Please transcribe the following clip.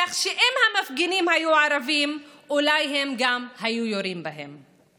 כך שאם המפגינים היו ערבים אולי הם גם היו יורים בהם.